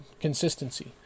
consistency